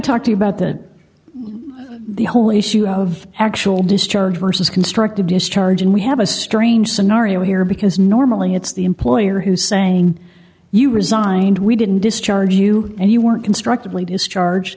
talk to you about that the whole issue of actual discharge versus constructive discharge and we have a strange scenario here because normally it's the employer who saying you resigned we didn't discharge you and you weren't constructively discharge